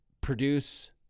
produce